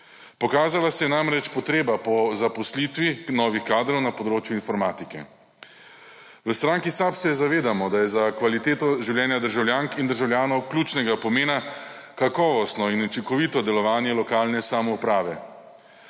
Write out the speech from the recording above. Pokazala se je namreč potreba po zaposlitvi novih kadrov na področju informatike. V stranki SAB se zavedamo, da je za kvaliteto življenja državljank in državljanov ključnega pomena kakovostno in učinkovito delovanje lokalne samouprave.